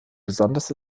besonders